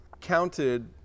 counted